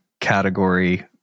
category